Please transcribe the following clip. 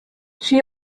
she